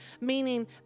Meaning